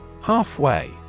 Halfway